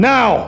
Now